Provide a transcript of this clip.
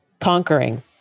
conquering